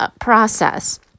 process